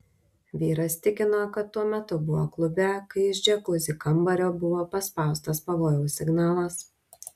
vyras tikino kad tuo metu buvo klube kai iš džiakuzi kambario buvo paspaustas pavojaus signalas